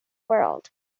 world